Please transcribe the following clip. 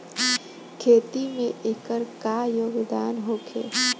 खेती में एकर का योगदान होखे?